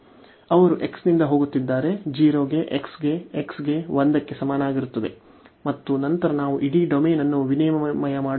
ಅವರು x ನಿಂದ ಹೋಗುತ್ತಿದ್ದಾರೆ 0 ಗೆ x ಗೆ x ಗೆ 1 ಕ್ಕೆ ಸಮನಾಗಿರುತ್ತದೆ ಮತ್ತು ನಂತರ ನಾವು ಇಡೀ ಡೊಮೇನ್ ಅನ್ನು ವಿನಿಮಯ ಮಾಡಿಕೊಳ್ಳುತ್ತಿದ್ದೇವೆ